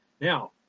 Now